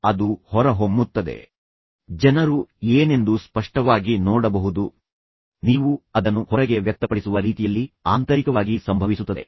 ಆದ್ದರಿಂದ ಅದು ಹೊರಗೆ ಹೊರಹೊಮ್ಮುತ್ತದೆ ಆದ್ದರಿಂದ ಜನರು ಏನೆಂದು ಸ್ಪಷ್ಟವಾಗಿ ನೋಡಬಹುದು ನೀವು ಅದನ್ನು ಹೊರಗೆ ವ್ಯಕ್ತಪಡಿಸುವ ರೀತಿಯಲ್ಲಿ ಆಂತರಿಕವಾಗಿ ಸಂಭವಿಸುತ್ತದೆ